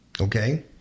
Okay